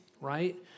right